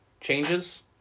changes